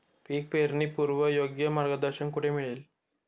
पीक पेरणीपूर्व योग्य मार्गदर्शन कुठे मिळेल?